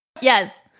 Yes